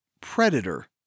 Predator